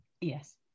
Yes